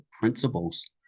principles